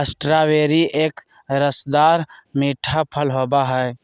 strawberry एक रसदार मीठा फल होबा हई